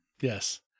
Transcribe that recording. yes